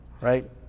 Right